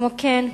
כמו כן,